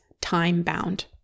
time-bound